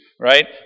right